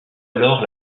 alors